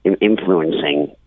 influencing